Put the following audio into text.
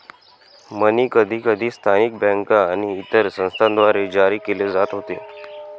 मनी कधीकधी स्थानिक बँका आणि इतर संस्थांद्वारे जारी केले जात होते